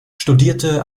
studierte